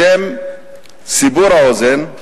לשם סיבור האוזן,